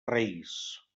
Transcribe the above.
reis